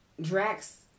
Drax